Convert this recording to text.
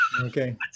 Okay